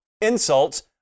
insults